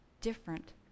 different